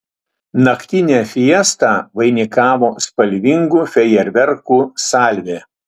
naktinę fiestą vainikavo spalvingų fejerverkų salvė